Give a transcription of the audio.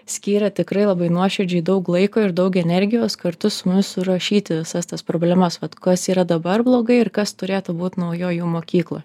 skyrė tikrai labai nuoširdžiai daug laiko ir daug energijos kartu su mumis surašyti visas tas problemas vat kas yra dabar blogai ir kas turėtų būt naujoj jų mokykla